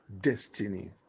destiny